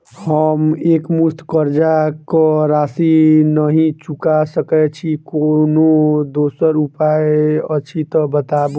हम एकमुस्त कर्जा कऽ राशि नहि चुका सकय छी, कोनो दोसर उपाय अछि तऽ बताबु?